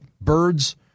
birds